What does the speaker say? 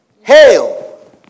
Hail